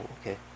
okay